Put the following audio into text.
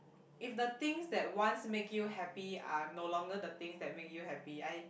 if the things that once make you happy are no longer the things that make you happy I